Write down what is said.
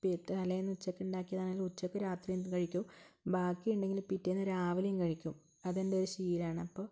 ഇപ്പോൾ ഈ തലേന്ന് ഉച്ചയ്ക്ക് ഉണ്ടാക്കിയതാണെങ്കിലും ഉച്ചയ്ക്കും രാത്രിയും അതു കഴിക്കും ബാക്കിയുണ്ടെങ്കിൽ പിറ്റേന്ന് രാവിലെയും കഴിക്കും അതെൻ്റെ ഒരു ശീലമാണ് അപ്പോൾ ഇതൊക്കെയാണ്